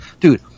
dude